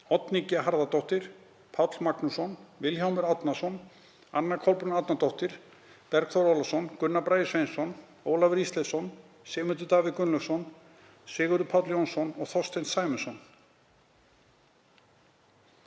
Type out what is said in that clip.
Oddný G. Harðardóttir, Páll Magnússon, Vilhjálmur Árnason, Anna Kolbrún Árnadóttir, Bergþór Ólason, Gunnar Bragi Sveinsson, Ólafur Ísleifsson, Sigmundur Davíð Gunnlaugsson, Sigurður Páll Jónsson og Þorsteinn Sæmundsson.